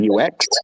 UX